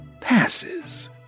passes